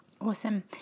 Awesome